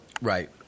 Right